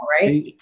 right